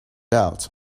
out